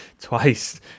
twice